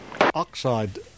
oxide